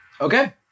Okay